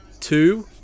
two